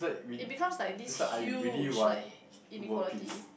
it becomes like this huge like inequality